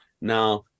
now